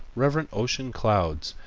reverent ocean clouds,